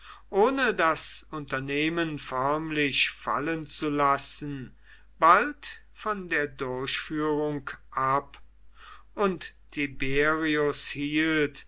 ohne das unternehmen förmlich fallenzulassen bald von der durchführung ab und tiberius hielt